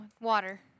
Water